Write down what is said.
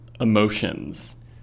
emotions